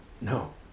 No